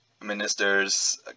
ministers